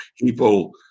People